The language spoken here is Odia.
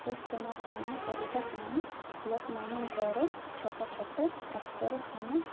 ର ସମାଧାନ କରିବା ପାଇଁ ବ୍ଲକମାନଙ୍କର ଛୋଟ ଛୋଟ ଡାକ୍ତରଖାନା